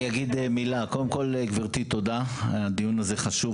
קודם כל, תודה גברתי, הדיון הזה חשוב.